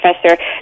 Professor